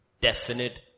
definite